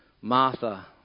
martha